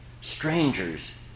strangers